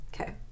Okay